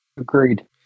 Agreed